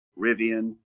Rivian